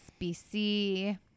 BC